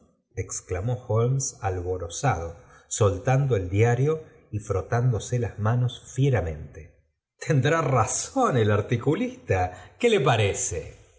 exclamó holtnes alborozado soltando el diario y frotándose las manos fieramente tendrá razón el articulista qué le parece